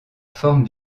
forme